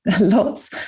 lots